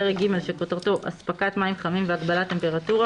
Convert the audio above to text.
פרק ג' שכותרתו "אספקת מים חמים והגבלת טמפרטורה",